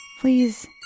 Please